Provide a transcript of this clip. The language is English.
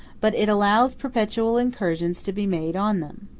but it allows perpetual incursions to be made on them.